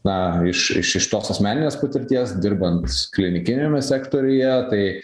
na iš iš iš tos asmeninės patirties dirbant klinikiniame sektoriuje tai